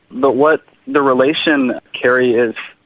but what the relation, keri, is,